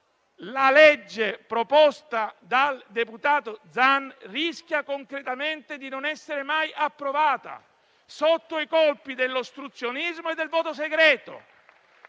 la legge proposta dal deputato Zan rischia concretamente di non essere mai approvata, sotto i colpi dell'ostruzionismo e del voto segreto.